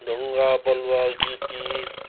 ढुङ्गा बलुवा गिटी